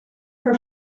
for